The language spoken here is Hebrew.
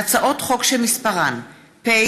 יואל חסון, זוהיר בהלול, טלי פלוסקוב,